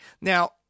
Now